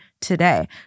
today